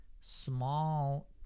small